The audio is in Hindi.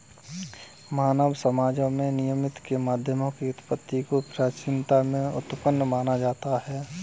मानव समाजों में विनिमय के माध्यमों की उत्पत्ति को प्राचीनता में उत्पन्न माना जाता है